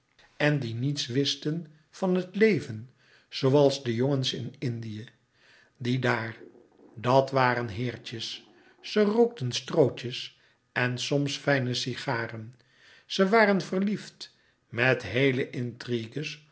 en die niets wisten van het leven zooals de jongens in indië die daar dat waren heertjes ze rookten strootjes en soms fijne sigaren ze waren verliefd met heele